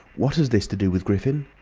what has this to do with griffin?